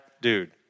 dude